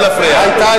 נא לא להפריע.